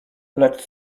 lecz